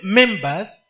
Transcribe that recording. members